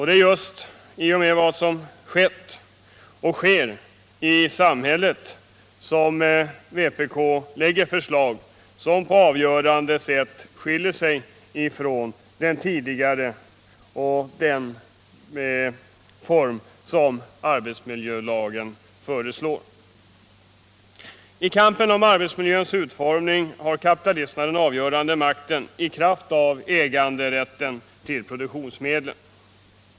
Det är mot bakgrund av vad som skett och sker i samhället som vpk lägger fram sina förslag, som på ett avgörande sätt skiljer sig från vad som föreslås i propositionen om arbetsmiljölagen. I kampen om arbetsmiljöns utformning har kapitalisterna den avgörande makten i kraft av äganderätten till produktionsmedlen.